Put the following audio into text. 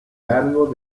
largo